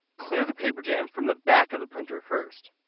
clear the paper jam from the back of the printer first.